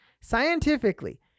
scientifically